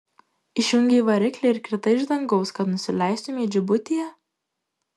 išjungei variklį ir kritai iš dangaus kad nusileistumei džibutyje